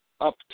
up